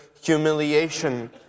humiliation